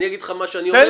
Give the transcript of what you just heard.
אני אגיד לך מה שאני אומר.